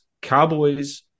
Cowboys